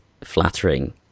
flattering